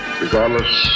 regardless